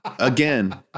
Again